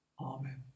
Amen